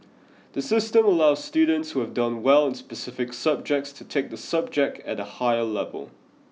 the system allows students who have done well in specific subjects to take the subject at a higher level